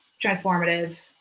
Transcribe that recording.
transformative